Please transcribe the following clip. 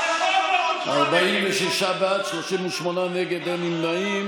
כל עוד יש סגר אין הפגנות.